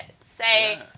Say